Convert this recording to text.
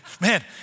Man